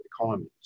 economies